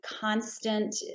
constant